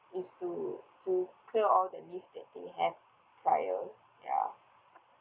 is to to clear all the leave that they have prior ya